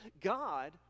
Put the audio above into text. God